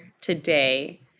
today